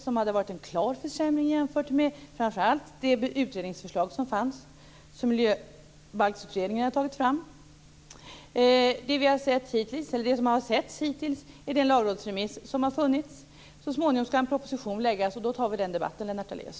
Det hade varit en klar försämring jämfört med framför allt det utredningsförslag som Miljöbalksutredningen hade tagit fram. Hittills har vi sett den lagrådsremiss som har funnits. Så småningom skall en proposition läggas fram och då tar vi den debatten, Lennart Daléus!